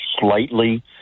slightly